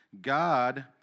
God